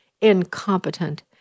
incompetent